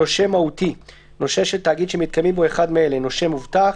"נושה מהותי" נושה של תאגיד שמתקיימים בו אחד מאלה: (1)נושה מובטח,